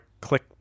click